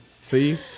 See